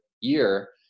year